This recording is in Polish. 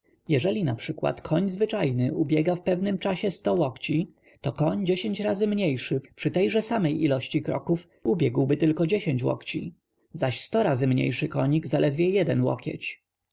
stosunek jeśli np koń zwyczajny ubiega w pewnym czasie ioo łokci to koń dziesięć razy mniejszy przy tejże samej ilości kroków ubiegłby tylko łokci zaś sto razy mniejszy konik zaledwie jeden łokieć